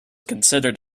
considered